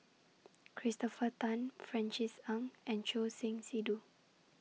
Christopher Tan Francis Ng and Choor Singh Sidhu